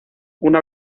una